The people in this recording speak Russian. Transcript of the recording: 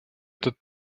этот